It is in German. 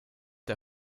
der